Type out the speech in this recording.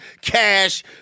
cash